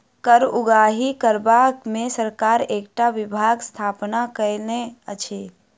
कर उगाही करबा मे सरकार एकटा विभागक स्थापना कएने अछि